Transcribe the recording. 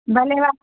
भले उहा